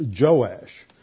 Joash